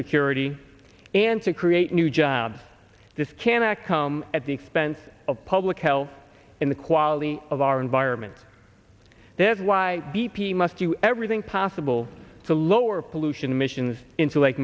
security and to create new jobs this cannot come at the expense of public health in the quality of our environment that is why b p must do everything possible to lower pollution missions into lake